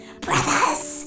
brothers